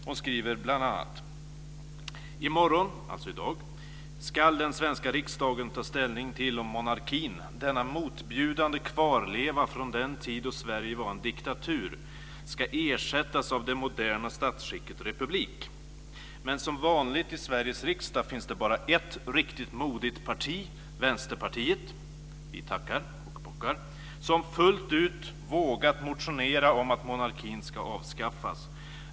Hon skriver bl.a: "I morgon" - alltså i dag - "ska den svenska riksdagen ta ställning till om monarkin, denna motbjudande kvarleva från den tid då Sverige var en diktatur, ska ersättas med det moderna statsskicket republik. Men som vanligt i Sveriges riksdag finns det bara ett riktigt modigt parti, vänsterpartiet," - vi tackar och bockar - "som fullt ut vågat att motionera om att monarkin ska avskaffas.